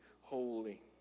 holy